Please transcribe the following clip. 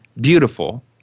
beautiful